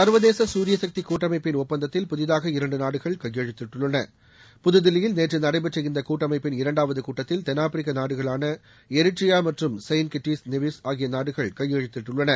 சர்வதேச சூரிய சக்தி கூட்டமைப்பின் ஒப்பந்தத்தில் புதிதாக இரண்டு நாடுகள் கையெழுத்திட்டுள்ளன புதுதில்லியில் நேற்று நடைபெற்ற இந்த கூட்டமைப்பின் இரண்டாவது கூட்டத்தில் தென்னாப்பிரிக்க நாடுகளான எரிட்டிரியா மற்றும் செயின்ட் கிட்டிஸ் நிவிஸ் ஆகிய நாடுகள் கையெழுத்திட்டுள்ளன